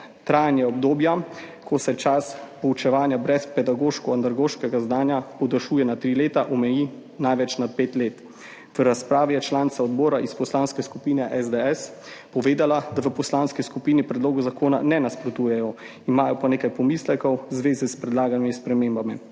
trajanje obdobja, ko se čas poučevanja brez pedagoško andragoškega znanja podaljšuje na 3 leta, omeji največ na 5 let. V razpravi je članica odbora iz Poslanske skupine SDS povedala, da v poslanski skupini predlogu zakona ne nasprotujejo, imajo pa nekaj pomislekov v zvezi s predlaganimi spremembami.